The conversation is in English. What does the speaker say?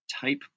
type